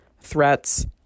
threats